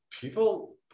people